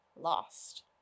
lost